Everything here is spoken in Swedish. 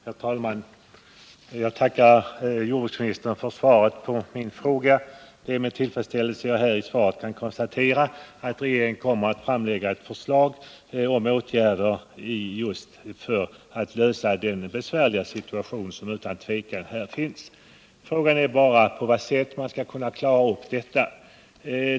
Herr talman! Jag tackar jordbruksministern för svaret på min fråga. Det är med tillfredsställelse jag kan konstatera att regeringen kommer att framlägga ett förslag till åtgärder för att underlätta den besvärliga situation som här utan tvivel föreligger. Frågan är bara på vilket sätt man skall kunna klara detta.